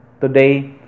today